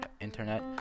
internet